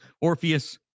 Orpheus